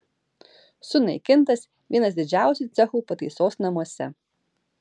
sunaikintas vienas didžiausių cechų pataisos namuose